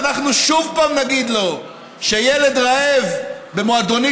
ואנחנו שוב פעם נגיד לו שילד רעב במועדונית